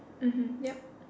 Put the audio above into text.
mmhmm yup